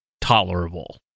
tolerable